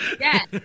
Yes